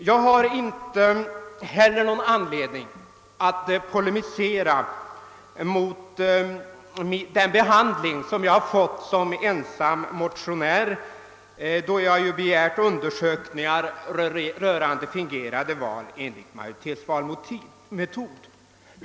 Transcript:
Jag har inte heller någon anledning att polemisera mot den behandling som jag har fått såsom ensam motionär, då jag ju begärt undersökningar rörande fingerade val enligt majoritetsvalsmetod.